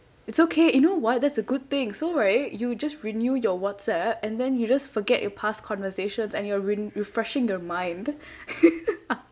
it's okay you know what that's a good thing so right you just renew your WhatsApp and then you just forget your past conversations and you're re~ refreshing your mind